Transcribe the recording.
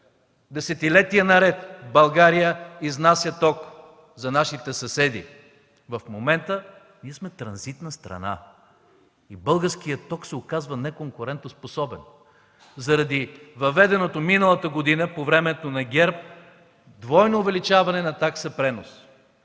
Десетилетия наред България изнася ток за нашите съседи. В момента ние сме транзитна страна и българският ток се оказва неконкурентоспособен, заради въведеното миналата година по времето на ГЕРБ двойно увеличаване на такса пренос.